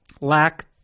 lack